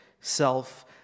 self